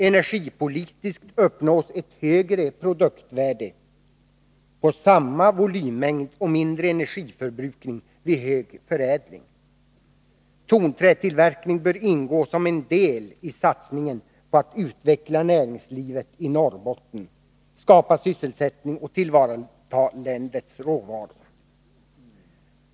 Energipolitiskt uppnås ett högre produktvärde på samma volymmängd och mindre energiförbrukning vid hög förädling. Tonträtillverkning bör ingå som en del i satsningen på att utveckla näringslivet i Norrbotten, skapa sysselsättning och tillvarata länets råvaror.